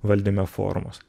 valdyme formos